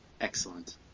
Excellent